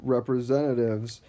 Representatives